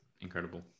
incredible